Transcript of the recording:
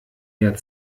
mehr